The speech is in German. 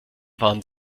waren